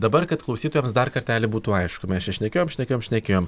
dabar kad klausytojams dar kartelį būtų aišku mes čia šnekėjom šnekėjom šnekėjom